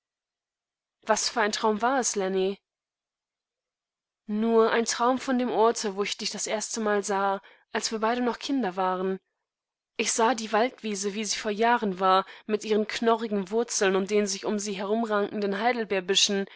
nacht aus meinem träumeerwachteundmichplötzlichbesann daßichblindwar wasfüreintraumwares lenny nur ein traum von dem orte wo ich dich das erste mal sah als wir beide noch kinder waren ich sah die waldwiese wie sie vor jahren war mit ihren knorrigen wurzeln und den sich um sie herumrankenden